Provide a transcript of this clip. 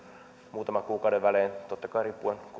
muutaman kuukauden välein totta kai riippuen